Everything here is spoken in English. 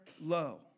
low